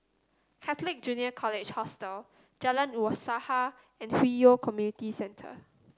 Catholic Junior College Hostel Jalan Usaha and Hwi Yoh Community Centre